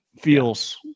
feels